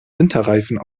winterreifen